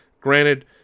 granted